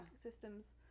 systems